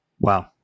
Wow